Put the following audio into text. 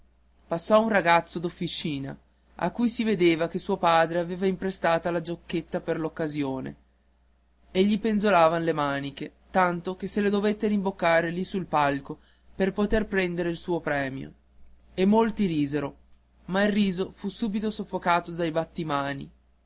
passò un ragazzo d'officina a cui si vedeva che suo padre aveva imprestata la giacchetta per quell'occasione e gli spenzolavan le maniche tanto che se le dovette rimboccare lì sul palco per poter prendere il suo premio e molti risero ma il riso fu subito soffocato dai battimani